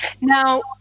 Now